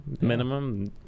minimum